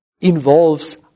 involves